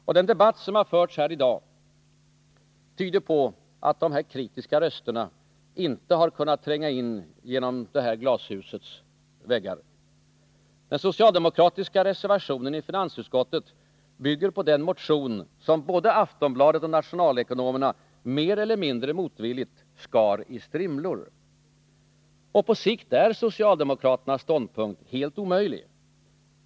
Och den debatt som förts här i dag tyder på att de kritiska rösterna inte har kunnat tränga igenom glashusets väggar. Den socialdemokratiska reservationen i finansutskottet bygger på den motion som både Aftonbladet och nationalekonomerna — mer eller mindre motvilligt — skar i strimlor. På sikt är socialdemokraternas ståndpunkt helt omöjlig.